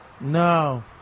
No